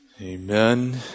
Amen